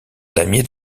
damier